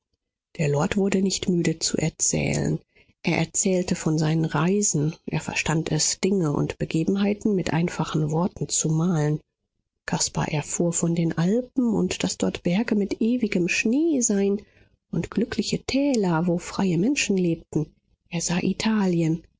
der lord wurde nicht müde zu erzählen er erzählte von seinen reisen er verstand es dinge und begebenheiten mit einfachen worten zu malen caspar erfuhr von den alpen und daß dort berge mit ewigem schnee seien und glückliche täler wo freie menschen lebten er sah italien